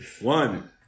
One